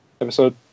episode